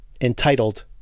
entitled